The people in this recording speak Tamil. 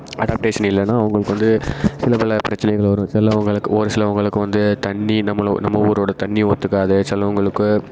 அடாப்டேஷன் இல்லைன்னா அவங்களுக்கு வந்து சில பல பிரச்சனைகள் வரும் சிலவங்களுக்கு ஒரு சிலவங்களுக்கு வந்து தண்ணி நம்மளோ நம்ம ஊரோட தண்ணி ஒத்துக்காது சிலவங்களுக்கு